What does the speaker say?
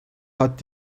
hat